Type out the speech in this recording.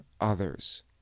others